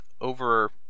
Over